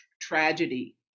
tragedy